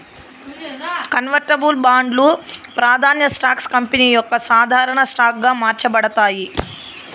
convertible బాండ్లు, ప్రాదాన్య stocks company యొక్క సాధారన స్టాక్ గా మార్చబడతాయి